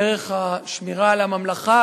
ערך השמירה על הממלכה,